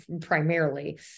primarily